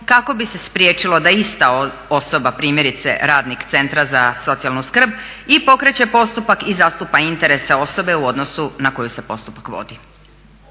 kako bi se spriječilo da ista osoba, primjerice radnik centra za socijalnu skrb i pokreće postupak i zastupa interese osobe u odnosu na koju se postupak vodi.